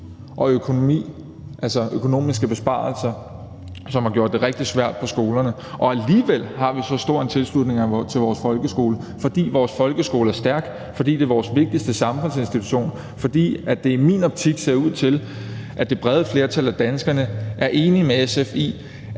økonomi, som har gjort det rigtig svært på skolerne, og alligevel har vi så stor en tilslutning til vores folkeskole, fordi vores folkeskole er stærk, og fordi det er vores vigtigste samfundsinstitution, og fordi – i min optik ser det sådan ud – det brede flertal af danskerne er enige med SF